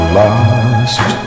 lost